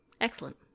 Excellent